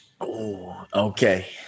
Okay